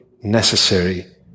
necessary